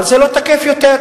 אבל זה לא תקף יותר.